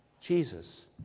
Jesus